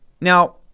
Now